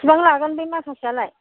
बेसेबां लागोन बे माखासेयालाय